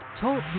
Talk